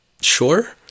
sure